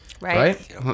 right